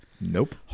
Nope